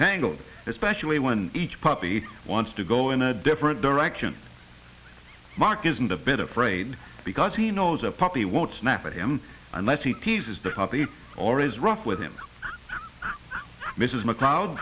tangled especially when each puppy wants to go in a different direction mark isn't a bit afraid because he knows a puppy won't snap him unless he teases the top or is rough with him mrs macleod